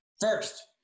First